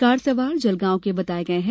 car सवार जलगांव के बताये गये हैं